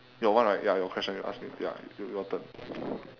your one right ya your question you ask me ya your turn